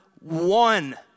one